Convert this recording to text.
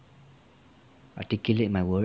articulate my word